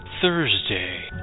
Thursday